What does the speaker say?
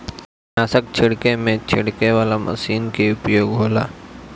कीटनाशक छिड़के में छिड़के वाला मशीन कअ उपयोग होला